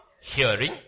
hearing